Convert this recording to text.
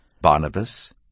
Barnabas